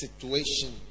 situation